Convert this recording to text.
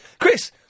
Chris